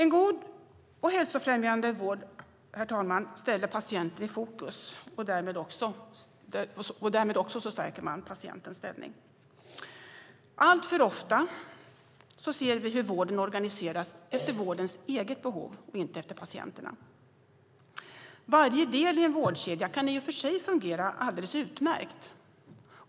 En god och hälsofrämjande vård ställer patienten i fokus, och därmed stärker man också patientens ställning. Alltför ofta ser vi hur vården organiseras efter vårdens eget behov och inte efter patienterna. Varje del i en vårdkedja kan i och för sig fungera alldeles utmärkt.